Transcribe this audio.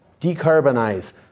decarbonize